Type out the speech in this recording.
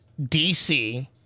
dc